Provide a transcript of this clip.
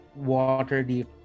Waterdeep